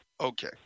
Okay